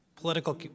political